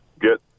get